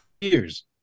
years